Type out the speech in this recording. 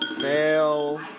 Fail